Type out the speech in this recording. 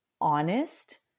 honest